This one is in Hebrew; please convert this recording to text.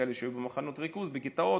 כאלה שהיו במחנות ריכוז, בגטאות,